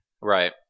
Right